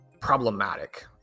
problematic